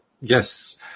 yes